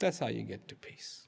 that's how you get to peace